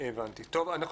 טוב.